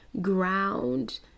ground